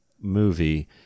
movie